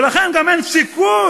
ולכן גם אין סיכוי